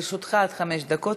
לרשותך עד חמש דקות.